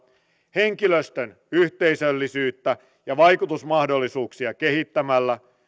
henkilöstön yhteisöllisyyttä ja vaikutusmahdollisuuksia kehittämällä